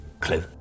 clue